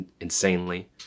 insanely